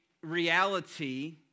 reality